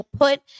put